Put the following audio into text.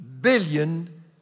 billion